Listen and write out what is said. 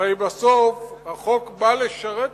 הרי בסוף החוק בא לשרת משהו,